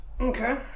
okay